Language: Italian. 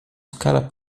scala